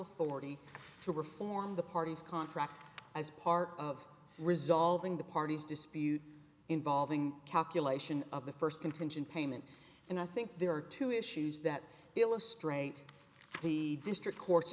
authority to reform the party's contract as part of resolving the party's dispute involving calculation of the first contingent payment and i think there are two issues that illustrate the district cour